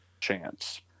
chance